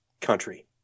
country